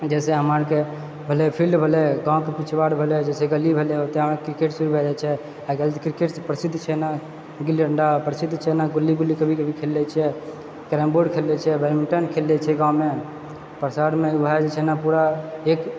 जैसे हमरा आरकी खेलै फील्ड भेलै गाँवके पिछवाड़ भेलै जैसे गली भेलै वैसे अहाँ क्रिकेट प्लेयर होइत छै अगर क्रिकेट प्रसिद्ध छै ने गुल्ली डंडा प्रसिद्ध छै ने गुल्ली गुल्ली कभी कभी खेलले छियै कैरम बोर्ड खेलले छै बैडमिनटन खेलले छी गाँवमे शहरमे इएह जे छै ने पूरा खेत